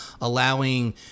allowing